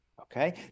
okay